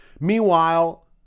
Meanwhile